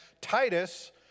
Titus